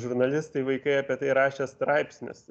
žurnalistai vaikai apie tai rašė straipsnius